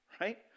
right